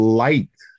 light